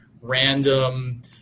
random